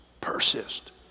persist